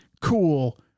cool